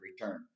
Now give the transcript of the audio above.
return